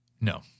No